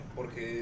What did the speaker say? Porque